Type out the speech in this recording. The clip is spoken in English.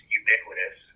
ubiquitous